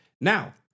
Now